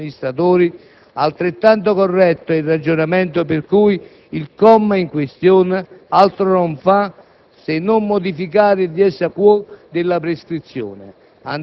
Da un lato, è assolutamente corretta la denuncia della Corte dei conti, laddove si evidenzia come una prescrizione breve della responsabilità per gli illeciti contabili,